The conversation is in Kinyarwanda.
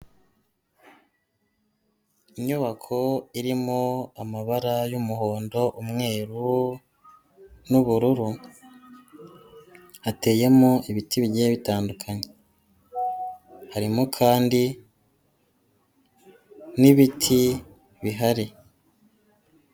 Inyubako irimo amabara y'umuhondo, umweru, n'ubururu, hateyemo ibiti bigiye bitandukanye. Harimo kandi n'ibiti bihari.